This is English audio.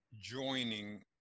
joining